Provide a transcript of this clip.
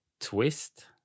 twist